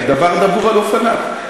דבר דבור על אופניו.